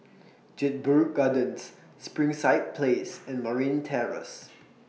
Jedburgh Gardens Springside Place and Marine Terrace